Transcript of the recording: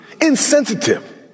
insensitive